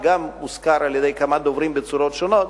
שגם הוזכר על-ידי כמה דוברים בצורות שונות.